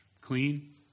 clean